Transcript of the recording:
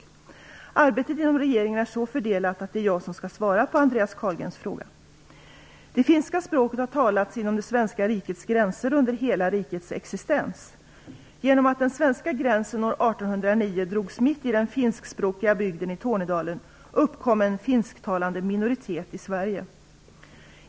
Arbetet inom regeringen är så fördelat att det är jag som skall svara på Andreas Det finska språket har talats inom det svenska rikets gränser under hela rikets existens. Genom att den svenska gränsen år 1809 drogs mitt i den finskspråkiga bygden i Tornedalen uppkom en finsktalande minoritet i Sverige.